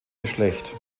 geschlecht